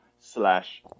slash